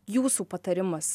jūsų patarimas